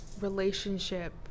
relationship